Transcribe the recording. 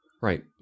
Right